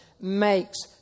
makes